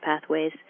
pathways